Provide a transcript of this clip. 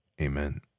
amen